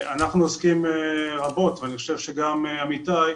אנחנו עוסקים רבות, ואני חושב שגם עמיתיי,